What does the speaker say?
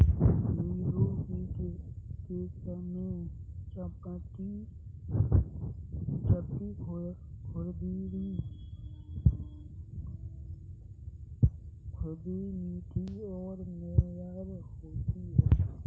नींबू की किस्में चपटी, खुरदरी, मीठी और मेयर होती हैं